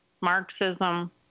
Marxism